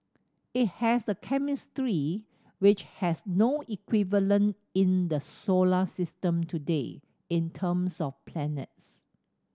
it has a chemistry which has no equivalent in the solar system today in terms of planets